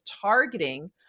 targeting